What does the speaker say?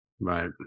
Right